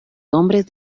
hombres